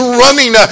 running